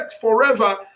forever